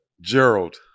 Gerald